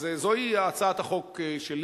אז זוהי הצעת החוק שלי.